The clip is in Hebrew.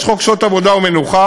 יש חוק שעות עבודה ומנוחה,